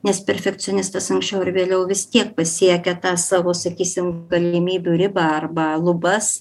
nes perfekcionistas anksčiau ar vėliau vis tiek pasiekia tą savo sakysim galimybių ribą arba lubas